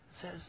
says